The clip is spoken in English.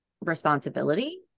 responsibility